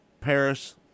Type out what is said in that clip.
Paris